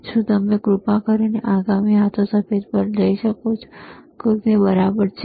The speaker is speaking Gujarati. શું તમે કૃપા કરીને આગામી હાથો સફેદ પર જઈ શકો છો કે તે બરાબર છે